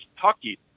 Kentucky